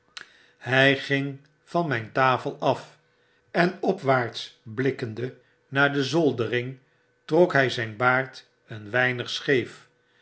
hg ging van myn tafel af en opwaarts blikkende naar de zoldering trok hy zp baard een weinig scheef